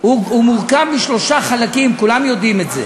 מורכב משלושה חלקים, כולם יודעים את זה: